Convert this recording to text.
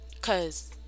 Cause